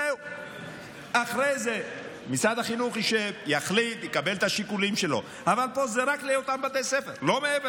זה סיפור שלם, זה לא 8